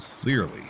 clearly